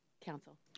council